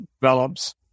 develops